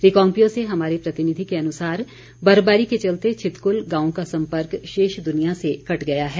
रिकांगपिओ से हमारे प्रतिनिधि के अनुसार बर्फबारी के चलते छितकुल गांव का संपर्क शेष दुनिया से कट गया है